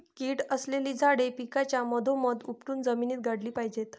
कीड असलेली झाडे पिकाच्या मधोमध उपटून जमिनीत गाडली पाहिजेत